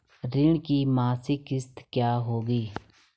ऋण की मासिक किश्त क्या होगी?